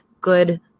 good